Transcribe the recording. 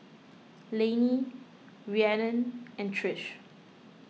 Lainey Rhiannon and Trish